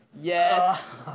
Yes